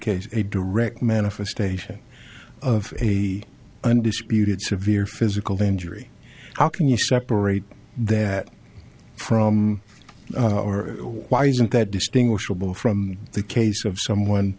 case a direct manifestation of the undisputed severe physical injury how can you separate that from or why isn't that distinguishable from the case of someone